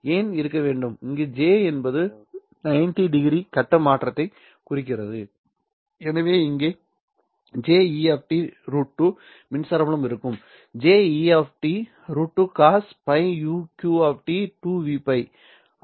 ஏன் இருக்க வேண்டும் அங்கு j இது 90 டிகிரி கட்ட மாற்றத்தைக் குறிக்கிறது எனவே இந்த J E¿ √2 மின்சார புலம் இருக்கும் j E¿ √2 cos ⁡ π uq 2 V π